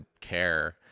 care